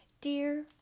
Dear